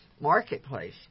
marketplace